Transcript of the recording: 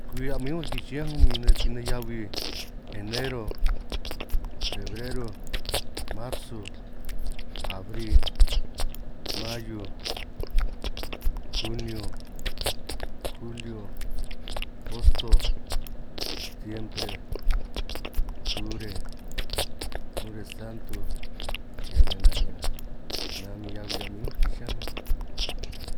Kwi a'min únj riki chiñánj únj min nej heabi enero, febrero, marsu, abri, mayu, juniu, juliu, gosto, stiembre, tubre, nuresanto, heabi a'nga ña'anj, nan min heabi a'min únj riki chiñánj únj.